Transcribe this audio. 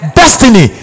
destiny